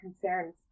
concerns